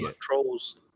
Trolls